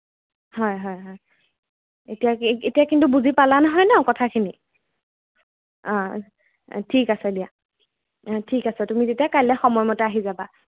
হয় হয় হয় এতিয়া কি এতিয়া কিন্তু বুজি পালা নহয় ন কথাখিনি অঁ ঠিক আছে দিয়া ঠিক আছে তুমি তেতিয়া কাইলৈ সময়মতে আহি যাবা